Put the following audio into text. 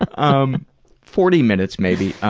um forty minutes, maybe,